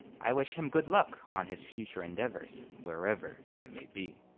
i wish him good luck on his future endeavors wherever it may be.